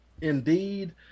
Indeed